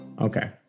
Okay